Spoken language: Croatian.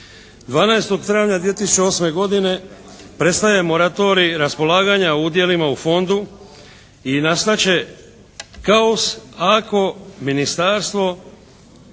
12. travnja 2008. godine prestaje moratorij raspolaganja udjelima u fondu i nastat će kaos ako ministarstvo